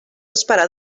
esperar